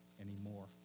anymore